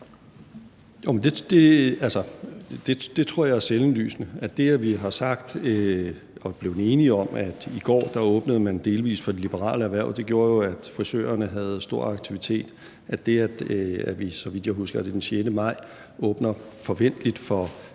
Det tror jeg er selvindlysende. Det, at vi har sagt og er blevet enige om, at man i går åbnede delvis for de liberale erhverv, gjorde, at frisørerne havde stor aktivitet, og det, at vi, så vidt jeg husker, er